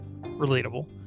relatable